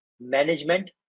Management